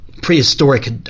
prehistoric